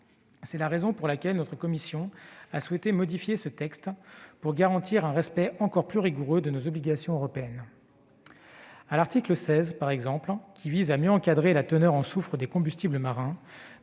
C'est la raison pour laquelle notre commission a souhaité modifier ce texte pour garantir un respect encore plus rigoureux de nos obligations européennes. Ainsi, à l'article 16, qui vise à mieux encadrer la teneur en soufre des combustibles marins,